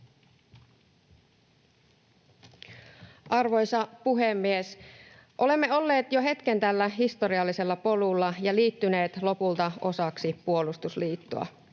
Arvoisa puhemies! Olemme olleet jo hetken tällä historiallisella polulla ja liittyneet lopulta osaksi puolustusliittoa.